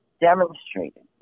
demonstrated